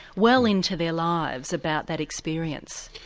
well into their lives, about that experience.